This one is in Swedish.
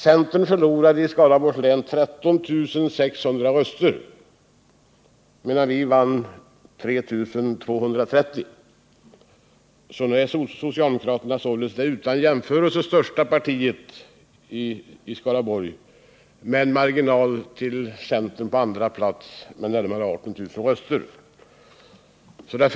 Centern förlorade 13 600 röster, medan vi vann 3 230. Nu är socialdemokraterna således det utan jämförelse största partiet i Skaraborgs län, med en marginal till centern, som ligger på andra plats, på närmare 18 000 röster.